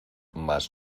mas